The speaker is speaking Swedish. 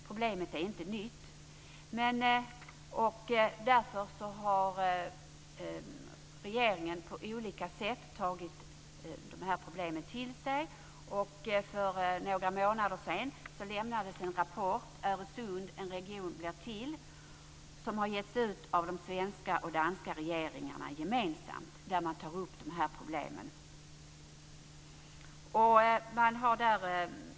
Problemet är inte nytt, och därför har regeringen på olika sätt tagit detta problem till sig. För några månader sedan lämnades en rapport, Öresund - en region blir till, som har getts ut av den svenska och den danska regeringen gemensamt, där man tar upp de här problemen.